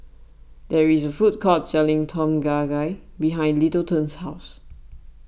there is a food court selling Tom Kha Gai behind Littleton's house